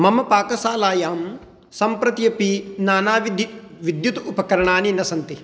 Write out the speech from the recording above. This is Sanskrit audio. मम पाकशालायां सम्प्रति अपि नानाविधविद्युत् उपकरणानि न सन्ति